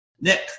Nick